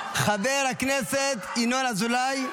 חבר הכנסת ינון אזולאי,